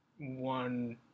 one